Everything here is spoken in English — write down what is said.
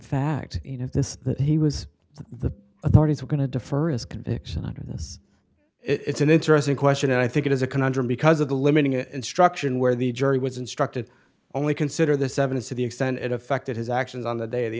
fact you know this that he was the the authorities are going to defer his conviction on this it's an interesting question and i think it is a conundrum because of the limiting instruction where the jury was instructed only consider this evidence to the extent it affected his actions on the day of the